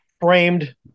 framed